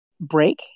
break